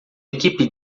equipe